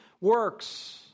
works